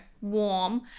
warm